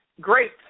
Great